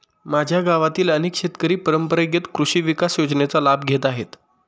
माझ्या गावातील अनेक शेतकरी परंपरेगत कृषी विकास योजनेचा लाभ घेत आहेत